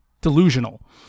delusional